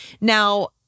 Now